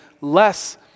less